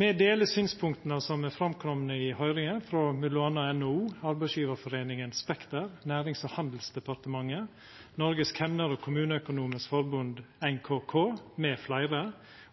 Me deler synspunkta som er komne fram i høyringa frå m.a. NHO, Arbeidsgiverforeningen Spekter, Nærings- og handelsdepartementet, Norges Kemner- og Kommuneøkonomers Forbund, NKK, m.fl.